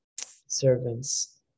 servants